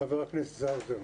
חבר הכנסת האוזר,